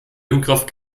windkraft